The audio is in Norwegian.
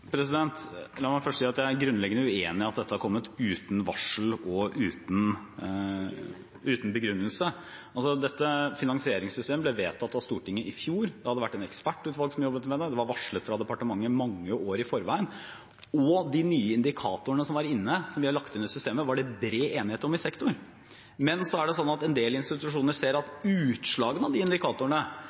La meg først si at jeg er grunnleggende uenig i at dette har kommet uten varsel og uten begrunnelse. Dette finansieringssystemet ble vedtatt av Stortinget i fjor. Det hadde vært et ekspertutvalg som hadde jobbet med det. Det var varslet fra departementet mange år i forveien, og de nye indikatorene som var inne, som vi har lagt inn i systemet, var det bred enighet om i sektoren. Men en del institusjoner ser at utslagene av de indikatorene